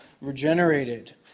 regenerated